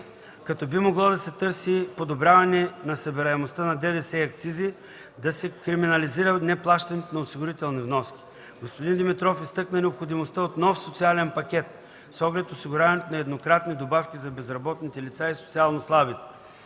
като би могло да се търси подобряване на събираемостта на ДДС и акцизи, да се криминализира неплащането на осигурителни вноски. Господин Димитров изтъкна необходимостта от нов социален пакет с оглед осигуряване на еднократни добавки за безработните лица и социално слабите.